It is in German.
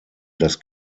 das